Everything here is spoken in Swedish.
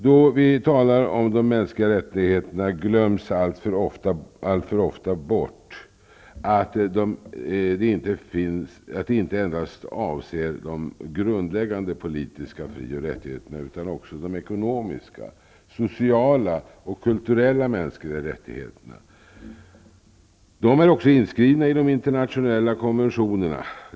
Då vi talar om de mänskliga rättigheterna glöms alltför ofta bort att de inte endast avser de grundläggande politiska fri och rättigheterna, utan också de ekonomiska, sociala och kulturella mänskliga rättigheterna. Dessa rättigheter är också inskrivna i de internationella konventionerna.